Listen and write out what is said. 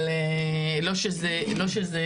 אבל לא שזה